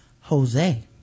Jose